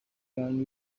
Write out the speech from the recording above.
klan